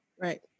Right